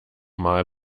mal